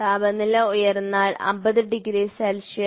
താപനില ഉയർന്നാൽ 50 degree Celsius